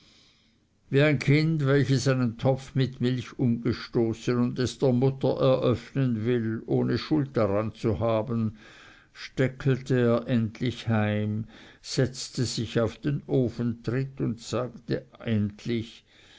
wie ein kind welches einen topf mit milch umgestoßen und es der mutter eröffnen will ohne schuld daran zu haben steckelte er endlich heim setzte sich auf den ofentritt und sagte endlich